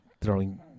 throwing